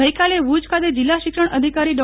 ગઈકાલે ભુજ ખાતે જીલ્લા શિક્ષણાધિકારી ડો